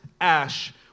ash